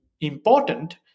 important